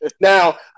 Now